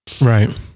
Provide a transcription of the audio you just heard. Right